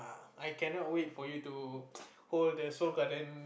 I cannot wait for it for you to hold the Seoul-Garden